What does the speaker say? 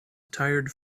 tired